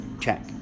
check